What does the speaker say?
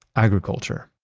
agriculture.